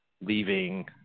leaving